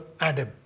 Adam